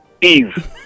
Eve